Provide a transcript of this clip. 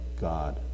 God